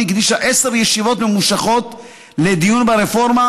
הקדישה עשר ישיבות ממושכות לדיון ברפורמה,